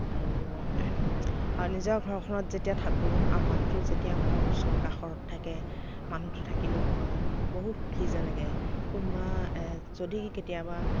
আৰু আৰু নিজৰ ঘৰখনত যেতিয়া থাকোঁ আৰু মানুহটো যেতিয়া মোৰ ওচৰ কাষত থাকে মানুহটো থাকিলেও মই বহুত সুখী যেন লাগে কোনোবা যদি কেতিয়াবা